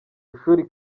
ishuri